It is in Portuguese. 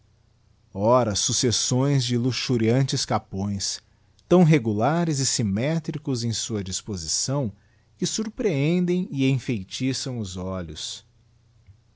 ora successões de luxuriantes capões tão regulares e symetricos em sua disposição que sorprendem e enfeitiçam os olhos